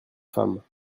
femmes